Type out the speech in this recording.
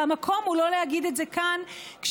המקום להגיד את זה הוא לא כאן כשמדובר